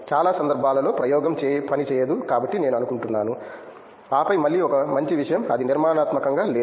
చాలా సందర్భాలలో ప్రయోగం పనిచేయదు కాబట్టి నేను అనుకుంటున్నాను ఆపై మళ్ళీ ఒక మంచి విషయం అది నిర్మాణాత్మకంగా లేదు